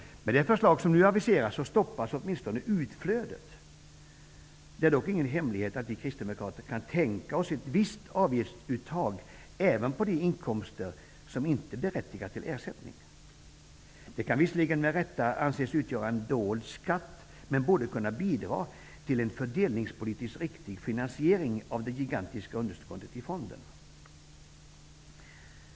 Med det förslag som nu aviseras stoppas åtminstone utflödet. Det är dock ingen hemlighet att vi kristdemokrater kan tänka oss ett visst avgiftsuttag även på de inkomster som inte berättigar till ersättning. Det kan visserligen med rätta anses utgöra en ''dold'' skatt men borde kunna bidra till en fördelningspolitiskt riktig finansiering av det gigantiska underskottet i fonden.